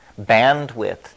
Bandwidth